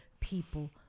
people